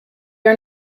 are